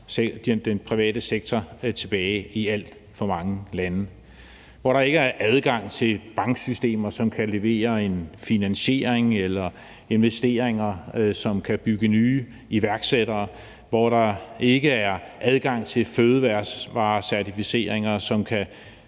holder den private sektor tilbage i alt for mange lande, hvor der ikke er adgang til banksystemer, som kan levere en finansiering, eller investeringer, som kan skabe nye iværksættere, hvor der ikke er adgang til fødevarecertificeringer, som kan